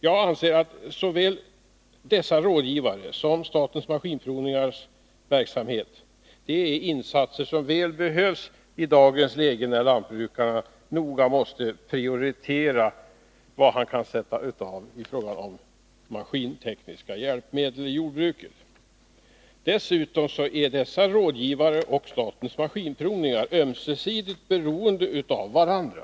Jag anser att de insatser som görs av dessa rådgivare liksom maskinprovningsverksamheten väl behövs i dagens läge, när lantbrukaren noga måste prioritera vad han kan avsätta i fråga om maskintekniska hjälpmedel i jordbruket. Dessutom är 65 dessa rådgivare och statens maskinprovningar ömsesidigt beroende av varandra.